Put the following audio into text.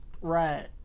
Right